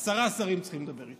עם עשרה שרים צריך לדבר.